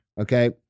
Okay